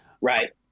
Right